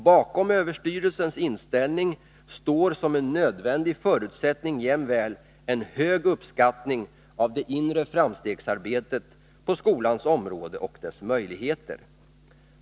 Bakom överstyrelsens inställning står som en nödvändig förutsättning jämväl en hög uppskattning av det inre framstegsarbetet på skolans område och dess möjligheter.